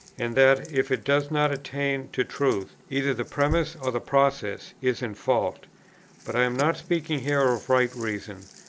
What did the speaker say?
and that, if it does not attain to truth, either the premiss or the process is in fault but i am not speaking here of right reason,